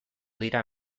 dira